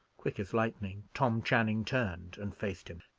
quick as lightning, tom channing turned and faced him.